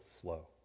flow